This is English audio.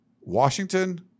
Washington